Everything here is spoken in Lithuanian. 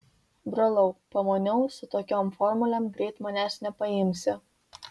brolau pamaniau su tokiom formulėm greit manęs nepaimsi